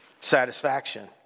satisfaction